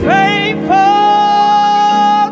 Faithful